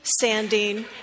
sanding